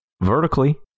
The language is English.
vertically